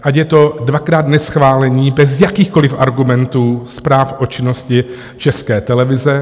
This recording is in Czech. Ať je to dvakrát neschválení bez jakýchkoliv argumentů zpráv o činnosti České televize.